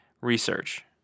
research